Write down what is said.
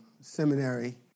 seminary